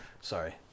sorry